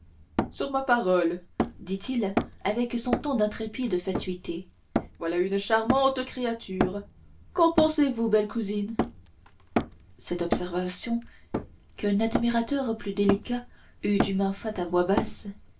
sur ma parole dit-il avec son ton d'intrépide fatuité voilà une charmante créature qu'en pensez-vous belle cousine cette observation qu'un admirateur plus délicat eût du moins faite à voix basse